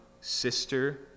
sister